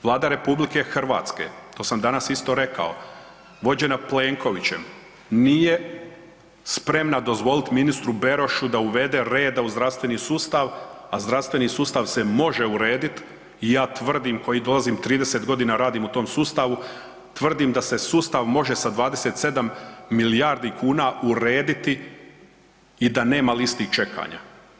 Vlada RH, to sam danas isto rekao, vođena Plenkovićem nije spremna dozvolit ministru Berošu da uvede reda u zdravstveni sustav, a zdravstveni sustav se može uredit i ja tvrdim koji dolazim, 30.g. radim u tom sustavu, tvrdim da se sustav može sa 27 milijardi kuna urediti i da nema listi čekanja.